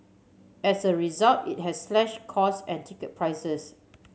as a result it has slashed costs and ticket prices